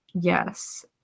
yes